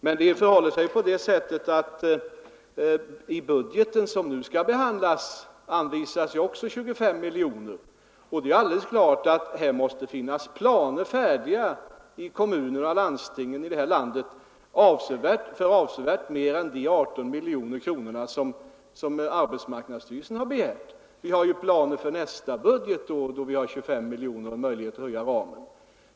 Men det förhåller sig ju på det sättet att i den budget som nu skall behandlas anvisas också 25 miljoner kronor, och det är alldeles klart att här måste finnas planer färdiga i kommuner och landsting för avsevärt mer än de 18 miljoner som arbetsmarknadsstyrelsen har begärt. Det finns ju planer för nästa budgetår, då vi får 25 miljoner, och dessutom kan vi höja ramen.